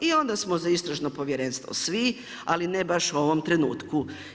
I onda smo za Istražno povjerenstvo svi ali ne baš u ovom trenutku.